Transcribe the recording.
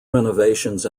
renovations